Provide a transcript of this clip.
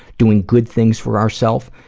doing good things for ourself,